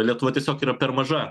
lietuva tiesiog yra per maža